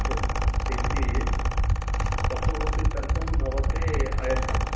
this is photography कर्तुं भवते अयच्छम्